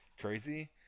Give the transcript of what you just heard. crazy